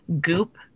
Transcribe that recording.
Goop